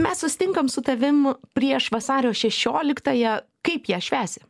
mes susitinkam su tavim prieš vasario šešioliktąją kaip ją švęsi